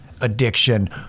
addiction